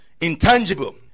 intangible